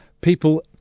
people